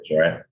right